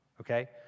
Okay